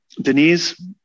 Denise